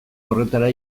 horretara